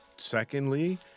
Secondly